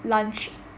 lunch